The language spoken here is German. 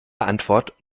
antwort